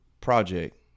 project